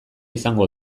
izango